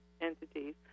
entities